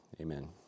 amen